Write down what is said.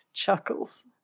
chuckles